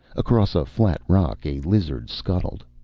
across a flat rock a lizard scuttled.